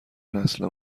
نسل